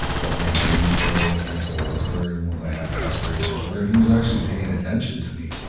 what my dreams were, what my goals were, and what my aspirations were, and he was actually paying attention to me,